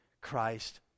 Christ